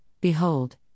Behold